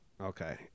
okay